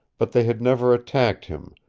but they had never attacked him,